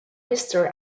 history